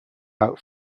out